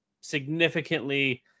significantly